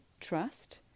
trust